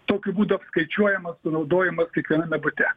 tokiu būdu apskaičiuojamas sunaudojimas kiekviename bute